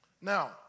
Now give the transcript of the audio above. Now